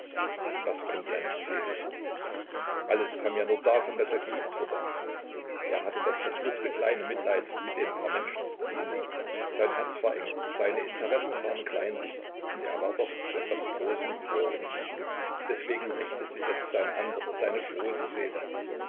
das konnte er nicht sehen alles kam ja nur davon daß er geliebt wurde er hatte das verfluchte kleine mitleid mit den paar menschen die ihn liebten sein herz war eng seine interessen waren kleinlich und er war doch zu etwas großem geboren deswegen rächte sich jetzt seine andere seine große seele